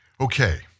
Okay